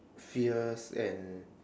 fierce and